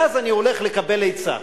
ואז אני הולך לקבל עצה.